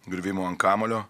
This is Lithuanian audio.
griuvimu ant kamuolio